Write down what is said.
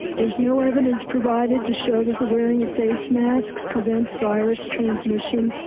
there's no evidence provided to show that the wearing of face masks prevents virus transmission.